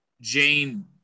Jane